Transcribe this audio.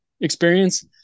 experience